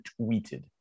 tweeted